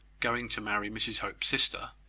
going to marry mrs hope's sister,